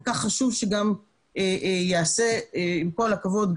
וכך חשוב שגם ייעשה עם כל הכבוד,